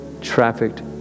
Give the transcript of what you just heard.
trafficked